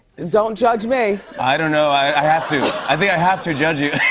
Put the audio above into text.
don't judge me. i don't know, i have to. i think i have to judge you.